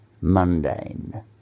mundane